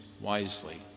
wisely